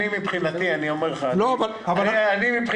מבחינתי, אני אפנה